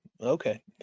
okay